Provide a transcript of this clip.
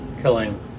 killing